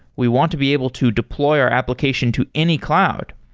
we want to be able to deploy our application to any cloud.